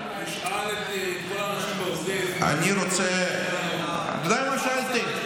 תשאל את כל האנשים בעוטף, עדיין לא שאלתי.